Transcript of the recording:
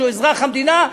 שהוא אזרח המדינה,